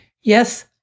Yes